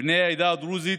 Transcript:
בני העדה הדרוזית,